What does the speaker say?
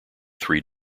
three